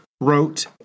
wrote